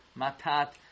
Matat